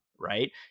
right